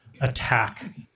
attack